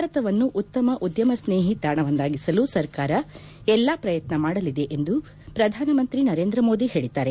ಭಾರತವನ್ನು ಉತ್ತಮ ಉದ್ಲಮಸ್ನೇಹಿ ತಾಣವನ್ನಾಗಿಸಲು ಸರ್ಕಾರ ಎಲ್ಲಾ ಪ್ರಯತ್ನ ಮಾಡಲಿದೆ ಎಂದು ಪ್ರಧಾನಮಂತ್ರಿ ನರೇಂದ್ರ ಮೋದಿ ಹೇಳಿದ್ದಾರೆ